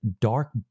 dark